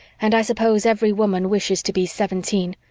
and i suppose every woman wishes to be seventeen,